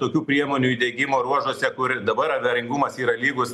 tokių priemonių įdiegimo ruožuose kur dabar avaringumas yra lygus